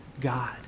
God